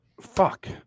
Fuck